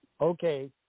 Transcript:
okay